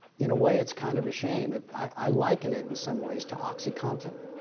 in a way, it's kind of a shame. and i liken it in some ways to oxycontin.